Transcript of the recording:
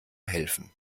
helfen